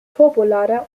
turbolader